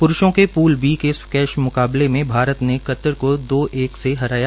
पुरूषों के pool B में स्क्वैश मुकाबले में भारत के कतर को दो एक से हराया